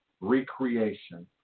recreation